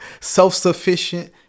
self-sufficient